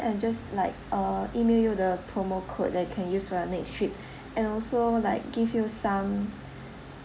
and I just like uh email you the promo code then you can use for your next trip and also like give you some